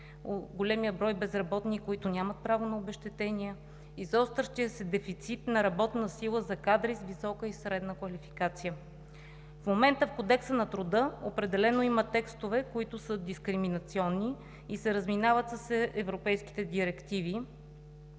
големият брой безработни, които нямат право на обезщетения, изострящият се дефицит на работна сила за кадри с висока и средна квалификация. В момента в Кодекса на труда определено има текстове, които са дискриминационни и се разминават с европейските директиви,